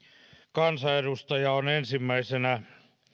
kansanedustaja on ensimmäisenä